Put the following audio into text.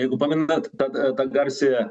jeigu pamenat tą tą garsiąją